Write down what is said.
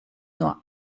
nur